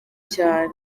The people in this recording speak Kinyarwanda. cyane